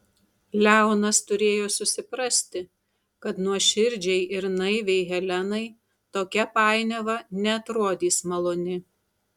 leonas turėjo susiprasti kad nuoširdžiai ir naiviai helenai tokia painiava neatrodys maloni